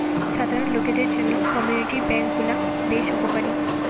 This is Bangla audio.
সাধারণ লোকদের জন্য কমিউনিটি বেঙ্ক গুলা বেশ উপকারী